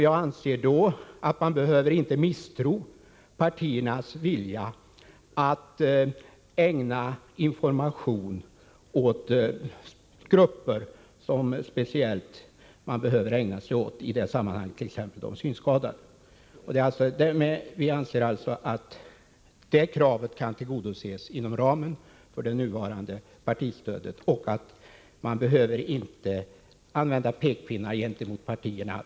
Jag anser att man inte behöver misstro partiernas vilja att sprida information till grupper som man speciellt behöver ägna sig åt i det sammanhanget, t.ex. de synskadade. Vi anser alltså att det kravet kan tillgodoses inom ramen för det nuvarande partistödet och att man inte behöver använda pekpinnar mot partierna.